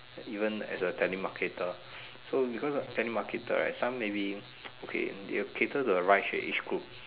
even as a telemarketer so because telemarketer right some maybe okay they'll cater the right age for each group